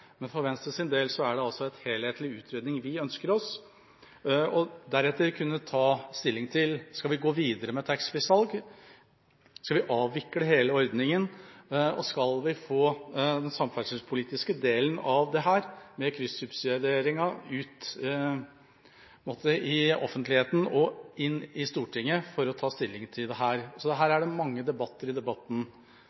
men for Venstres del er det altså en helhetlig utredning vi ønsker oss, for deretter å kunne ta stilling til om vi skal gå videre med taxfree-salg, om vi skal avvikle hele ordningen, og om vi skal få den samferdselspolitiske delen av dette – med kryssubsidieringen – ut i offentligheten og inn i Stortinget for å ta stilling til dette. Her